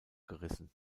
gerissen